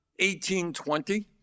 1820